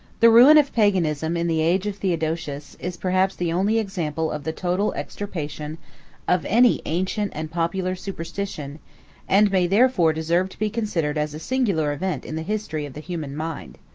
the ruin of paganism, in the age of theodosius, is perhaps the only example of the total extirpation of any ancient and popular superstition and may therefore deserve to be considered as a singular event in the history of the human mind.